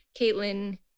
Caitlin